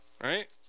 right